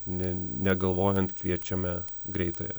ne negalvojant kviečiame greitąją